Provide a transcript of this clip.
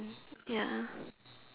ya